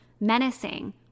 menacing